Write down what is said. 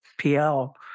PL